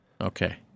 okay